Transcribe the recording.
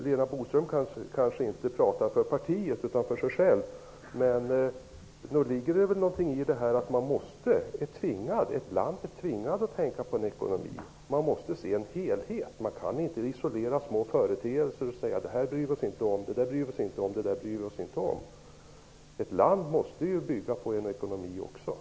Lena Boström kanske inte talar för partiet utan för sig själv, men nog ligger det något i att ett land är tvingat att tänka på ekonomin. Man måste se till helheten och kan inte isolera vissa små företeelser och säga att vi inte bryr oss om dem. Ett land måste byggas på en ekonomisk grund.